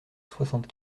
soixante